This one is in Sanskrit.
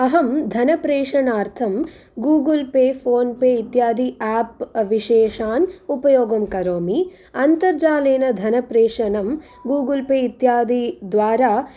अहं धनप्रेषणार्थं गूगल् पे फोन् पे इत्यादि ऐप् विशेषान् उपयोगं करोमि अन्तर्जालेन धनप्रेषणं गूगल् पे इत्यादि द्वारा